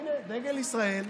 הינה, דגל ישראל.